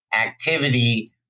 activity